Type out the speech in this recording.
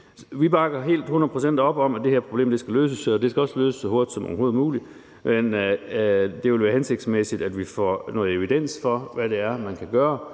Vi bakker hundrede procent op om, at det her problem skal løses. Det skal også løses så hurtigt som overhovedet muligt, men det vil være hensigtsmæssigt, at vi får noget evidens for, hvad det er, man kan gøre